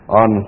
on